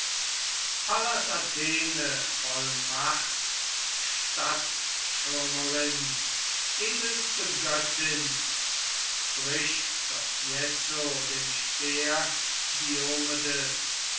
pallas athene voll macht stadtschirmerin edelste göttin brich doch jetzo den speer diomedes